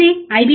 ఇది IB